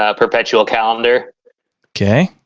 ah perpetual calendar okay